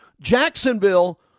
Jacksonville